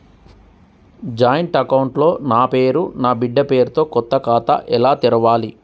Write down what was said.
Joint account లో నా పేరు నా బిడ్డే పేరు తో కొత్త ఖాతా ఎలా తెరవాలి?